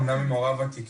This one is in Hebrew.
אמנם היא מורה ותיקה,